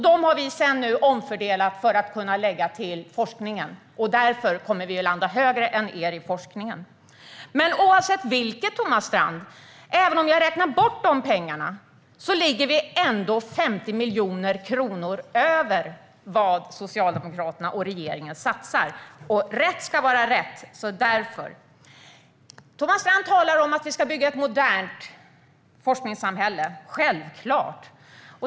De har vi sedan omfördelat för att kunna lägga till forskningen. Därför kommer vi att landa högre än vad ni gör i forskningen. Oavsett vilket, Thomas Strand: Även om jag räknar bort de pengarna ligger vi ändå 50 miljoner kronor över vad Socialdemokraterna och regeringen satsar. Rätt ska vara rätt. Thomas Strand talar om att vi ska bygga ett modernt forskningssamhälle. Det är självklart.